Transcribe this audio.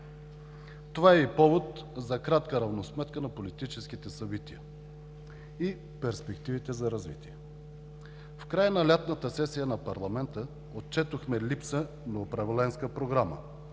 Това е и повод за кратка равносметка на политическите събития и перспективите за развитие. В края на лятната сесия на парламента отчетохме липса на управленска програма,